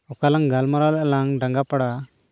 ᱚᱠᱟ ᱞᱟᱝ ᱜᱟᱞᱢᱟᱨᱟᱣ ᱞᱮᱫ ᱞᱟᱝ ᱰᱟᱸᱜᱟ ᱯᱟᱲᱟ